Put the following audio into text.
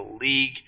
league